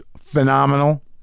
phenomenal